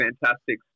fantastic